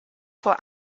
vor